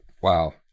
wow